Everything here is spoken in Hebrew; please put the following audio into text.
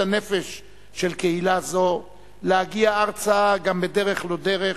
הנפש של קהילה זו להגיע ארצה גם בדרך לא דרך,